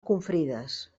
confrides